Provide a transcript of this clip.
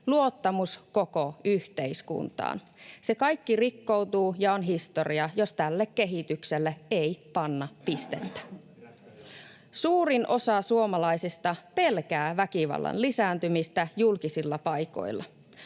luottamus koko yhteiskuntaan — se kaikki rikkoutuu ja on historiaa, jos tälle kehitykselle ei panna pistettä. Suurin osa suomalaisista pelkää väkivallan lisääntymistä julkisilla paikoilla.